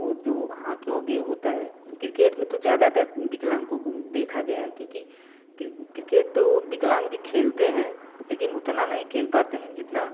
जो वह हाँ क्योंकि होता है क्रिकेट में तो ज़्यादातर विकलांगों को देखा गया है क्योंकि क्रिकेट तो विकलांग भी खेलते हैं लेकिन उतना नहीं खेल पाते हैं जितना